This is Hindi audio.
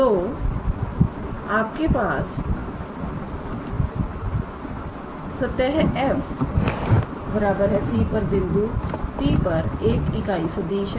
तो आपके पास सतह 𝑓𝑥 𝑦 𝑧 𝑐 पर बिंदु P पर एक इकाई सदिश है